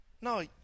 No